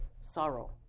sorrow